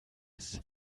ist